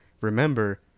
remember